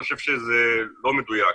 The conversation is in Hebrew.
אני חושב שזה לא מדויק.